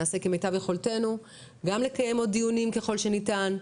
נעשה כמיטב יכולתנו על מנת שגם לקיים עוד דיונים ככל שניתן,